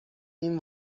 این